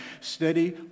steady